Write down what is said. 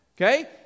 okay